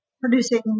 producing